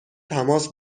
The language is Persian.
تماس